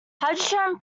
hydrogen